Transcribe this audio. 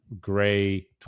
gray